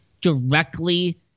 directly